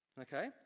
okay